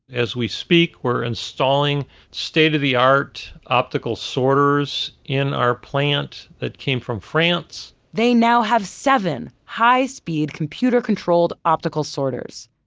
as we speak we're installing state of the art optical sorters in our plant, that came from france. they now have seven high-speed, computer-controlled optical sorters.